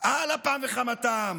על אפם וחמתם